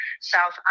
South